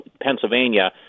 Pennsylvania